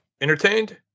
entertained